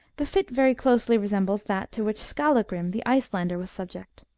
the fit very closely resembles that to which skallagrim, the icelander, was subject.